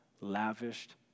lavished